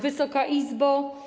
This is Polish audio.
Wysoka Izbo!